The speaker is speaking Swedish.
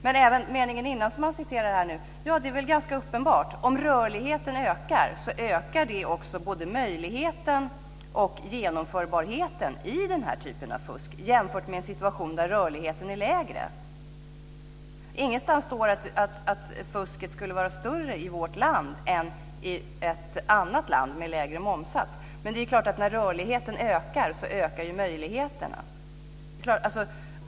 Beträffande meningen före som Per Rosengren citerade så är det väl ganska uppenbart att om rörligheten ökar så ökar det också både möjligheten och genomförbarheten i denna typ av fusk jämfört med en situation där rörligheten är mindre. Ingenstans står det att fusket skulle vara större i vårt land än i ett annat land med lägre momssats. Men det är klart att när rörligheten ökar, så ökar möjligheterna.